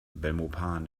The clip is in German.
belmopan